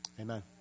Amen